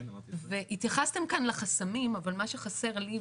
אז התייחסתם כאן לחסמים אבל מה שחסר לי,